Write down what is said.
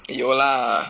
eh 有 lah